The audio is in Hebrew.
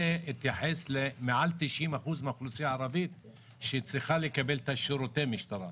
זה התייחס למעל 90% מהאוכלוסייה הערבית שצריכה לקבל את שירותי המשטרה,